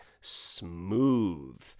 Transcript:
smooth